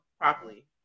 properly